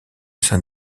saint